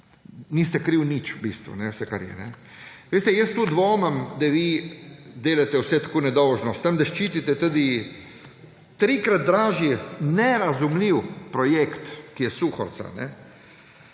niste krivi nič v bistvu, vse, kar je. Jaz tu dvomim, da vi delate vse tako nedolžno, s tem da ščitite tudi trikrat dražji, nerazumljiv projekt Suhorca.